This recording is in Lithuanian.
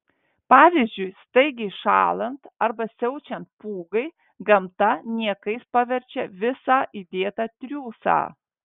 pavyzdžiui staigiai šąlant arba siaučiant pūgai gamta niekais paverčia visą įdėtą triūsą